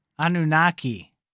Anunnaki